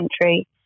country